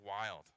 wild